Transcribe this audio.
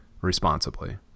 responsibly